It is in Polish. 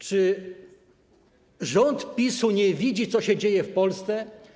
Czy rząd PiS-u nie widzi, co się dzieje w Polsce?